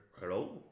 Hello